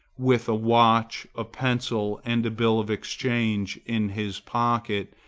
with a watch, a pencil and a bill of exchange in his pocket,